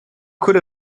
could